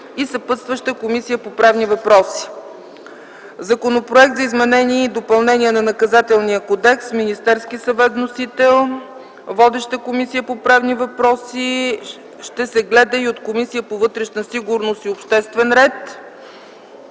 и съпътстваща - Комисията по правните въпроси. Законопроект за изменение и допълнение на Наказателния кодекс. Вносител е Министерският съвет. Водеща е Комисията по правни въпроси, ще се гледа и от Комисията по вътрешна сигурност и обществен ред.